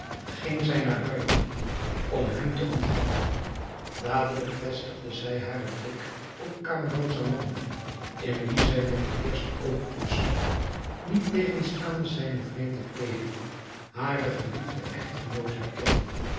ging zij naar buiten om hem te ontvangen dadelijk vestigde zij haren blik op camaralzaman in wien zij met den eersten oogopslag niettegenstaande zijne vreemde kleeding haren geliefden echtgenoot herkende